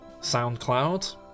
SoundCloud